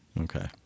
okay